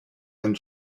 and